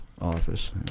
office